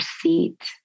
seat